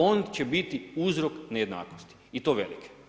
On će biti uzrok nejednakosti i to velike.